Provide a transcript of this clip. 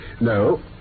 No